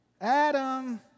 Adam